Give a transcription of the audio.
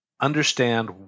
understand